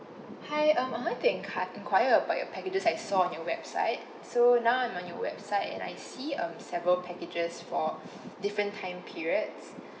hi um I think I've to inquire about your packages I saw on your website so now I'm on your website and I see um several packages for different time periods